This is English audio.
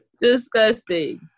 Disgusting